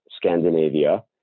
Scandinavia